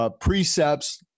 Precepts